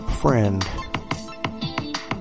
friend